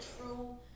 true